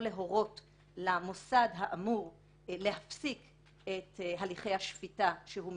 להורות למוסד האמור להפסיק את הליכי השפיטה שהוא מקיים,